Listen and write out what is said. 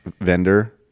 vendor